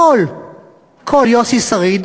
הקול קול יוסי שריד